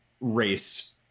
race